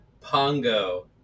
pongo